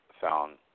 found